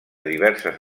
diverses